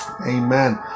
Amen